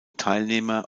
teilnehmer